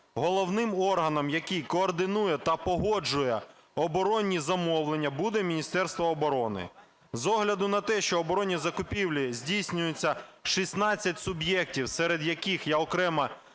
головним органом, який координує та погоджує оборонні замовлення, буде Міністерство оброни. З огляду на те, що оборонні закупівлі здійснюються 16 суб'єктів, серед яких я окремо